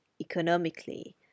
economically